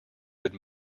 would